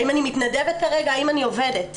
האם אני מתנדבת כרגע או עובדת?